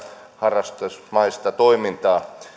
harrastusmaista toimintaa